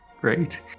Great